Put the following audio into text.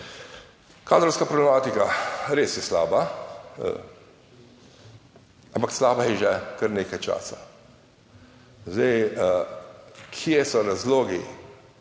Kadrovska problematika, res je slaba, ampak slaba je že kar nekaj časa. Zdaj, kje so razlogi?